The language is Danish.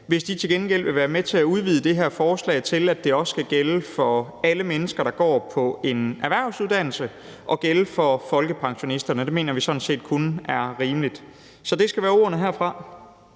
hvis de til gengæld vil være med til at udvide det her forslag til, at det også skal gælde for alle mennesker, der går på en erhvervsuddannelse, og at det skal gælde for folkepensionisterne. Det mener vi sådan set kun er rimeligt. Så det skal være ordene herfra.